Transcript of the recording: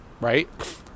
right